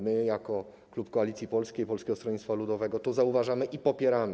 My jako klub Koalicji Polskiej - Polskiego Stronnictwa Ludowego to zauważamy i popieramy.